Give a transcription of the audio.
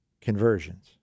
conversions